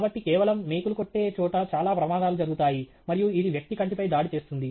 కాబట్టి కేవలం మేకులు కొట్టే చోట చాలా ప్రమాదాలు జరుగుతాయి మరియు ఇది వ్యక్తి కంటిపై దాడి చేస్తుంది